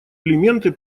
элементы